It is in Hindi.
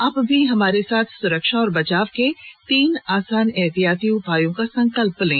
आप भी हमारे साथ सुरक्षा और बचाव के तीन आसान एहतियाती उपायों का संकल्प लें